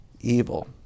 evil